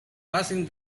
passing